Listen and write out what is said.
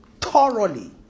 thoroughly